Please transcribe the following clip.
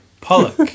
Pollock